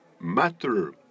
matter